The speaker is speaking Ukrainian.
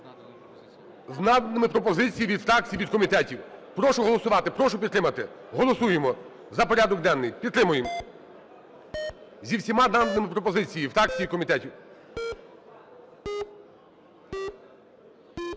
з наданими пропозиціями від фракцій, від комітетів. Прошу голосувати. Прошу підтримати. Голосуємо за порядок денний. Підтримуємо зі всіма даними пропозиціями і фракцій, і комітетів.